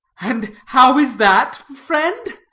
and how is that, friend?